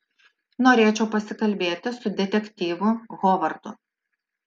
norėčiau pasikalbėti su detektyvu hovardu